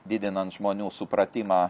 didinant žmonių supratimą